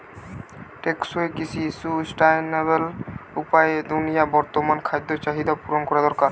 টেকসই কৃষি সুস্টাইনাবল উপায়ে দুনিয়ার বর্তমান খাদ্য চাহিদা পূরণ করা দরকার